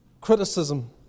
Criticism